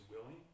willing